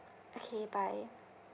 okay bye